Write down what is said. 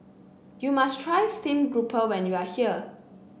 you must try Steamed Grouper when you are here